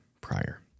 prior